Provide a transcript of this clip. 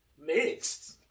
Mixed